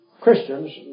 Christians